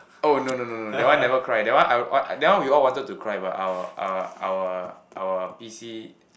oh no no no no that one never cry that one I what that one we all wanted to cry but our our our our P_C